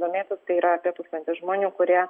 domėtis tai yra apie tūkstantis žmonių kurie